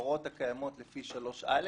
מההוראות הקיימות לפי 3א,